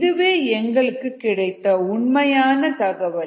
இதுவே எங்களுக்கு கிடைத்த உண்மையான தகவல்